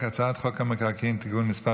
ההצעה להעביר את הצעת חוק המקרקעין (תיקון מס'